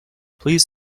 please